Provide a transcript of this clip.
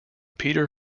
peter